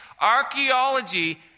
Archaeology